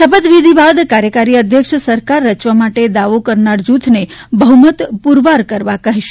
શપથ વિધિ બાદ કાર્યકારી અધ્યક્ષ સરકાર રચવા માટે દાવો કરનારા જુથને બહુમત પુરવાર કરવા કહેશે